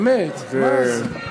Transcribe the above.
באמת, מה זה?